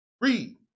Read